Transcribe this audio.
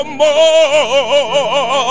more